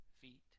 feet